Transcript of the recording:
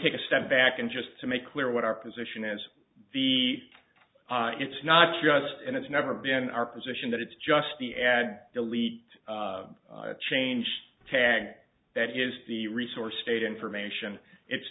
take a step back and just to make clear what our position is the it's not just and it's never been our position that it's just the add delete change tag that is the resource state information it's